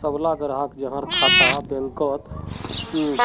सबला ग्राहक जहार खाता बैंकत